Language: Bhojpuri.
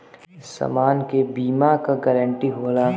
समान के बीमा क गारंटी होला